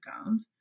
account